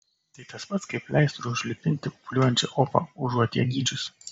tai tas pat kaip pleistru užlipinti pūliuojančią opą užuot ją gydžius